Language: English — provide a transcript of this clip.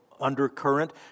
undercurrent